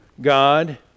God